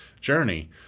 journey